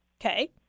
Okay